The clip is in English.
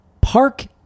park